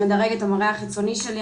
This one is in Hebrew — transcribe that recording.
שמדרג את המראה החיצוני שלי,